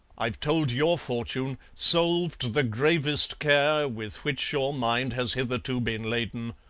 i've told your fortune solved the gravest care with which your mind has hitherto been laden.